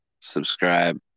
subscribe